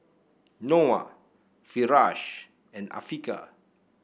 Noah Firash and Afiqah